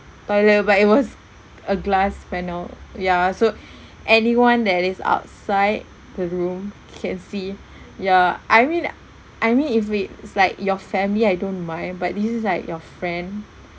toilet but it was a glass panel ya so anyone that is outside the room can see ya I mean I mean if we it's like your family I don't mind but this is like your friend